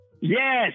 Yes